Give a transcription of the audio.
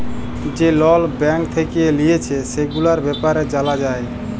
যে লল ব্যাঙ্ক থেক্যে লিয়েছে, সেগুলার ব্যাপারে জালা যায়